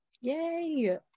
Yay